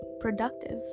productive